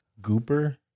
Gooper